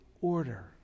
order